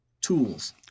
Tools